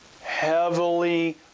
heavily